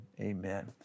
amen